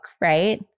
right